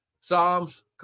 Psalms